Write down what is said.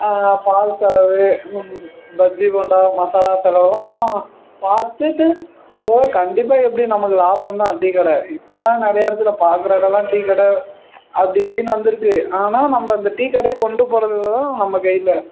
பால் செலவு பஜ்ஜி போண்டா மசாலா செலவெலாம் பார்த்துட்டு போய் கண்டிப்பாக எப்படி நமக்கு லாபம் தான் டீக்கடை இப்பெல்லாம் நிறைய இடத்துல பார்க்கற இடல்லாம் டீக்கடை அப்படி இப்படின்னு வந்துருச்சு ஆனால் நம்ம அந்த டீக்கடையை கொண்டு போகிறதுல தான் நம்ம கையில்